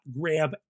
grab